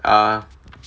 uh